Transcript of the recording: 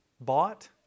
Bought